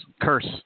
curse